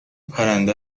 پرنده